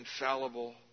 infallible